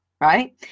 right